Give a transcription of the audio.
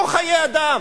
פה חיי אדם.